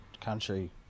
country